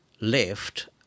left